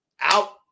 out